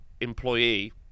employee